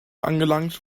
angelangt